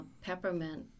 Peppermint